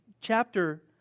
chapter